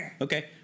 Okay